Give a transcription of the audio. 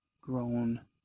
grown